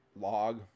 log